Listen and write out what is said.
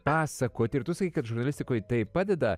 pasakoti ir tu sakai kad žurnalistikoj tai padeda